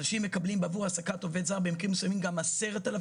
אנשים מקבלים עבור העסק עובד זר והם משלמים גם 10,000